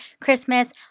christmas